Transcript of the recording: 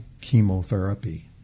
chemotherapy